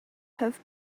have